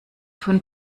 von